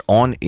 on